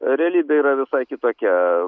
realybė yra visai kitokia